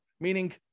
meaning